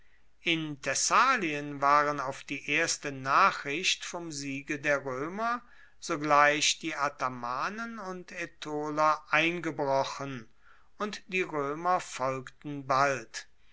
in thessalien waren auf die erste nachricht vom siege der roemer sogleich die athamanen und aetoler eingebrochen und die roemer folgten bald